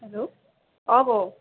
hello অঁ বৌ